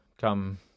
come